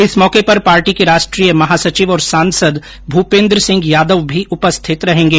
इस मौके पर पार्टी के राष्ट्रीय महासचिव और सांसद भूपेंद्र सिंह यादव भी उपस्थित रहेंगे